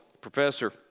professor